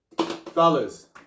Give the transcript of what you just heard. Fellas